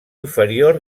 inferior